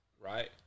Right